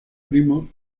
primo